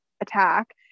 attack